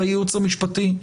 בייעוץ המשפטי,